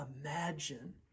imagine